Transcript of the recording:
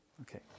Okay